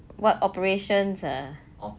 what operations ah